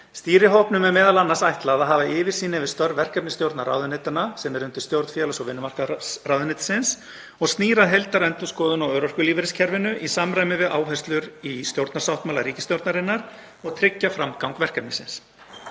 er hópnum m.a. ætlað að hafa yfirsýn yfir störf verkefnisstjórnar ráðuneytanna, sem er undir stjórn félags- og vinnumarkaðsráðuneytisins, er snýr að heildarendurskoðun á örorkulífeyriskerfinu í samræmi við áherslur í stjórnarsáttmála ríkisstjórnarinnar og tryggja framgang verkefnisins.